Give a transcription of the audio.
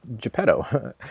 geppetto